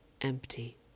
empty